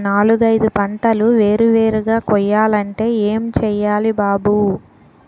నాలుగైదు పంటలు వేరు వేరుగా కొయ్యాలంటే ఏం చెయ్యాలి బాబూ